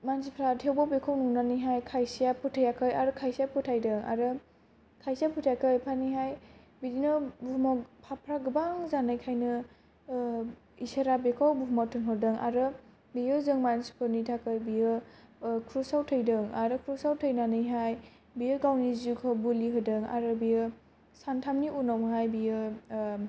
मानसिफोरा थेवबो बिखौ नुनानैहाय खायसेया फोथायाखै आरो खायसेया फोथायदों आरो खायसेया फोथायाखै बिदिनो बुहुमाव फाफफोरा गोबां जानायखायनो इसोरा बेखौ बुहुमाव थिनहरदों आरो बियो जों मानसिफोरनि थाखाय बियो क्रुसाव थैदों आरो क्रुसाव थैनानैहाय बियो गावनि जिउखौ बुलि होदों आरो बियो सानथामनि उनावहाय बियो